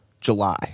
july